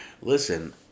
listen